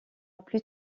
plus